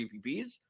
gpps